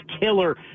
killer